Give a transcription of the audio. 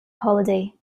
holiday